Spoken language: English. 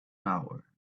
hour